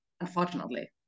unfortunately